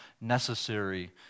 necessary